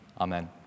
Amen